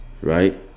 right